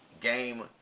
game